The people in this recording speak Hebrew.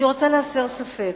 אני רוצה להסיר ספק.